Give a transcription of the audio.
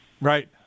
Right